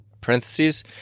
parentheses